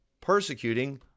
persecuting